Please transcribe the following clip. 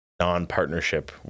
non-partnership